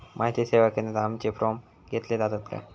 माहिती सेवा केंद्रात आमचे फॉर्म घेतले जातात काय?